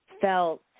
felt